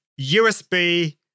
USB